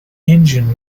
engine